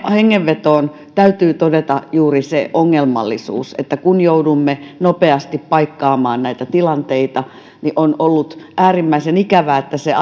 hengenvetoon täytyy todeta juuri se ongelmallisuus että kun joudumme nopeasti paikkaamaan näitä tilanteita niin on ollut äärimmäisen ikävää että se